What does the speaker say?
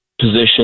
position